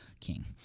King